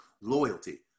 loyalty